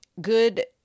good